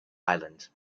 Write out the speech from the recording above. island